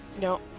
No